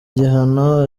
gihano